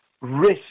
risk